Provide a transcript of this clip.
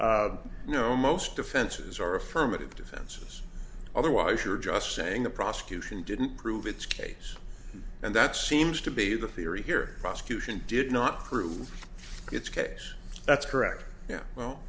know most defenses are affirmative defense otherwise you're just saying the prosecution didn't prove its case and that seems to be the theory here prosecution did not prove its case that's correct yeah well